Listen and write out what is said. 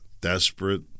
desperate